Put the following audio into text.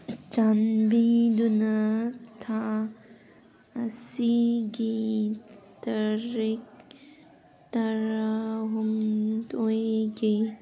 ꯆꯥꯟꯕꯤꯗꯨꯅ ꯊꯥ ꯑꯁꯤꯒꯤ ꯇꯥꯔꯤꯛ ꯇꯔꯥꯍꯨꯝꯗꯣꯏꯒꯤ